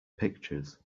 pictures